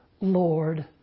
Lord